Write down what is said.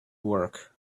work